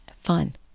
fun